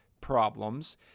problems